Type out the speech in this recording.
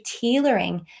tailoring